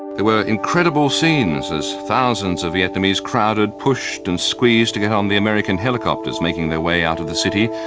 there were incredible scenes as thousands of vietnamese crowded, pushed and squeezed to get on with the american helicopters making their way out of the city,